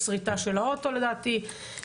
שריטה של אוטו לדעתי,